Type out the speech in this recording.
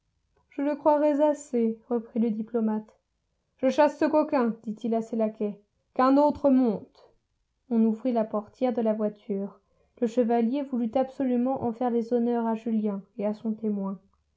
je le croirais assez reprit le diplomate je chasse ce coquin dit-il à ses laquais qu'un autre monte on ouvrit la portière de la voiture le chevalier voulut absolument en faire les honneurs à julien et à son témoin